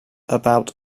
about